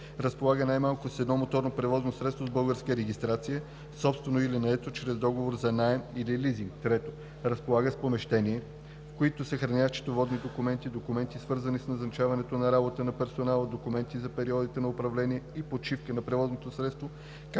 разполага най-малко с едно моторно превозно средство с българска регистрация – собствено или наето чрез договор за наем или лизинг; 3. разполага с помещения, в които съхранява счетоводни документи, документи, свързани с назначаването на работа на персонала, документи за периодите на управление и почивка на превозното средство,